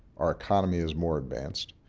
our economy is more advanced.